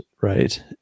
right